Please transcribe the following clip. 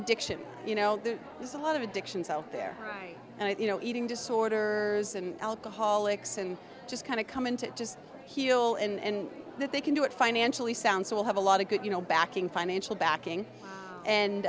addiction you know there's a lot of addictions out there and you know eating disorder and alcoholics and just kind of coming to just heal and that they can do it financially sound so we'll have a lot of good you know backing financial backing and